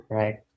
right